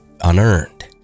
unearned